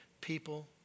People